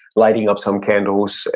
lighting up some candles,